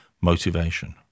motivation